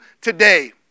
today